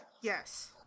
Yes